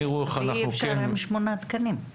אי אפשר לקיים אותו עם שמונה תקנים.